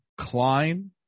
Klein